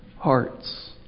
hearts